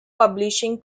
publishing